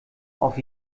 auf